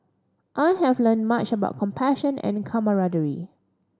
I have learned much about compassion and camaraderie